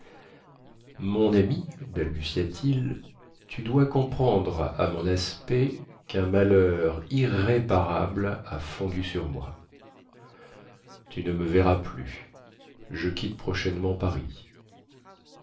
mon ami balbutia-t-il tu dois comprendre à mon aspect quun malheur irréparable a fondu sur moi tu ne me verras plus je quitte prochainement paris